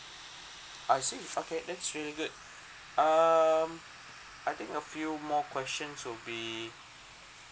I see okay that's good um I think a few more questions will be